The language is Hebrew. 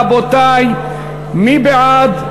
רבותי, מי בעד?